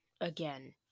again